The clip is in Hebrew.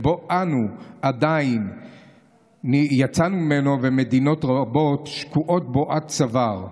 שאנו יצאנו ממנו ומדינות רבות עדיין שקועות בו עד צוואר.